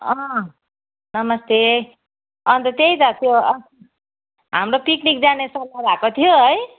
अँ नमस्ते अन्त त्यही त त्यो हाम्रो पिक्निक जाने सल्लाह भएको थियो है